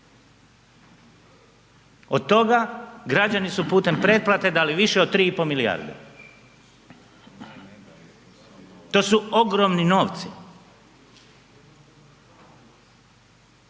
od toga građani su putem pretplate dali više od 3,5 milijarde. To su ogromni novci.